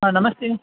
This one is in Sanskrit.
ह नमस्ते